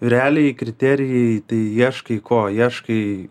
realiai kriterijai tai ieškai ko ieškai